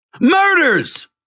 Murders